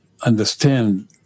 understand